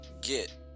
get